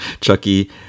chucky